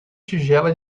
tigela